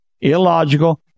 illogical